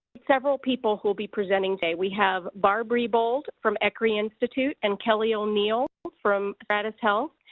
several people who will be presenting today. we have barb rebold from ecri institute and kelly o'neil from stratis health.